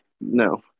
no